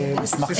אשמח לשאלה.